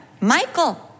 Michael